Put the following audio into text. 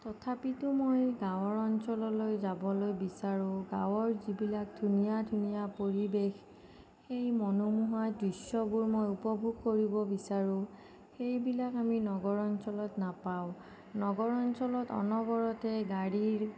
তথাপিতো মই গাঁৱৰ অঞ্চললৈ যাবলৈ বিচাৰোঁ গাঁৱৰ যিবিলাক ধুনীয়া ধুনীয়া পৰিৱেশ সেই মনোমোহা দৃশ্যবোৰ মই উপভোগ কৰিব বিচাৰোঁ সেইবিলাক আমি নগৰ অঞ্চলত নাপাওঁ নগৰ অঞ্চলত অনবৰতে গাড়ীৰ